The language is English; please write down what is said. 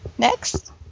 Next